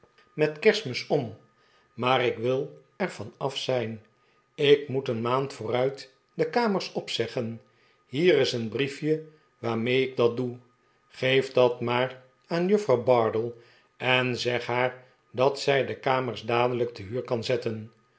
met kerstmis om maar ik wil er van af zijn ik moet een maand vooruit de kamers opzeggen hier is een briefje waarmee ik dat doe gee'f dat maar aan juffrouw bardell en zeg haar dat zij de kamers dadelijk te huur kan zetten